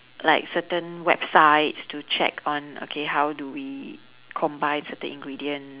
like certain websites to check on okay how do we combine certain ingredients